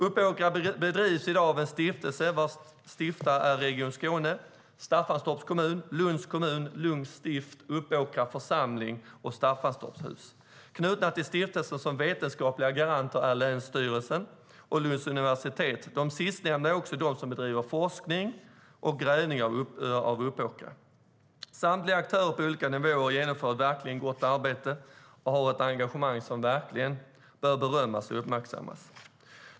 Uppåkra drivs i dag av en stiftelse vars stiftare är Region Skåne, Staffanstorps kommun, Lunds kommun, Lunds stift, Uppåkra församling och Staffanstorpshus. Knutna till stiftelsen som vetenskapliga garanter är länsstyrelsen och Lunds universitet. Det sistnämnda bedriver också forskning och utgrävningar i Uppåkra. Samtliga aktörer på olika nivåer genomför ett verkligt gott arbete och har ett engagemang som bör berömmas och uppmärksammas.